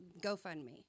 GoFundMe